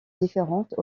différentes